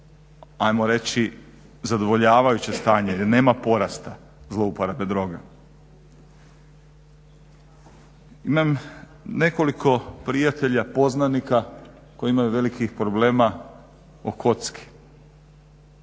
ajmo reći zadovoljavajuće stanje jer nema porasta zlouporabe droga. Imam nekoliko prijatelja, poznanika koji imaju velikih problema o kocki,